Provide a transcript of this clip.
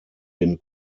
den